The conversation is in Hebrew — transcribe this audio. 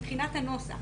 מבחינת הנוסח.